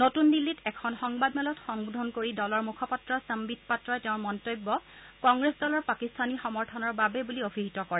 নতুন দিল্লীত এখন সংবাদমেলত সম্বোধন কৰি দলৰ মুখপাত্ৰ সম্নিত পাত্ৰই তেওঁৰ মন্তব্য কংগ্ৰেছ দলৰ পাকিস্তানী সমৰ্থনৰ বাবে বুলি অভিহিত কৰে